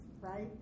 right